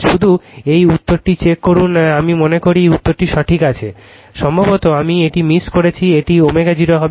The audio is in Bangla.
শুধু এই উত্তরটি চেক করুন আমি মনে করি এই উত্তরটি সঠিক সম্ভবত আমি এটি মিস করেছি এটি ω 0 হবে